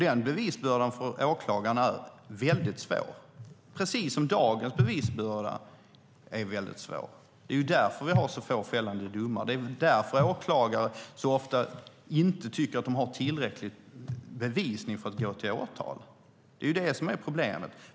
Den bevisbördan för åklagaren är väldigt svår, precis som dagens bevisbörda är väldigt svår. Det är därför vi har så få fällande domar. Det är därför åklagare så ofta tycker att de inte har tillräcklig bevisning för att väcka åtal. Det är problemet.